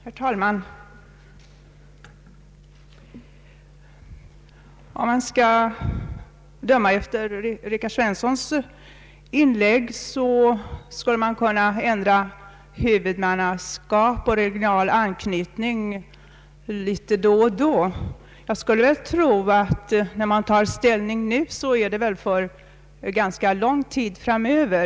Herr talman! Om man skall döma efter herr Svenssons inlägg skulle huvudmannaskap och regional anknytning kunna ändras litet då och då. När man tar ställning nu, är det troligtvis för ganska lång tid framöver.